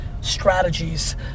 Strategies